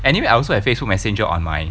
anyway I also have Facebook messenger on my